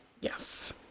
Yes